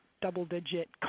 double-digit